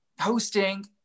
hosting